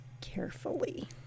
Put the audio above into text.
carefully